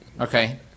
Okay